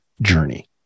journey